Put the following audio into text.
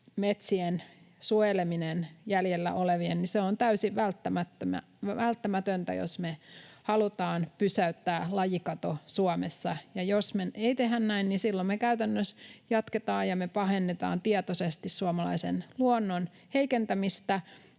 metsien suojeleminen on täysin välttämätöntä, jos me halutaan pysäyttää lajikato Suomessa. Jos me ei tehdä näin, niin silloin me käytännössä jatketaan tietoisesti suomalaisen luonnon heikentämistä